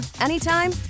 anytime